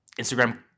Instagram –